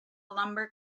lumber